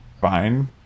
fine